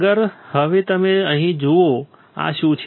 આગળ હવે તમે અહીં જુઓ આ શું છે